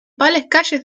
principales